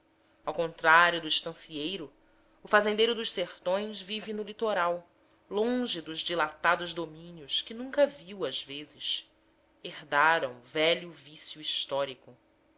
ao contrário do estancieiro o fazendeiro dos sertões vive no litoral longe dos dilatados domínios que nunca viu às vezes herdaram velho vício histórico